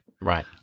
Right